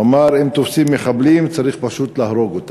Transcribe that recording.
הוא אמר: אם תופסים מחבלים, צריך פשוט להרוג אותם.